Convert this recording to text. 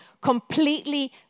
completely